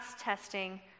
testing